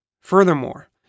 Furthermore